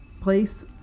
place